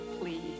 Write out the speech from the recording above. please